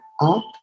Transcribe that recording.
up